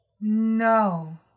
No